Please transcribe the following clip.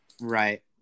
right